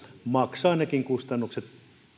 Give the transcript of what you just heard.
maksaa nekin kustannukset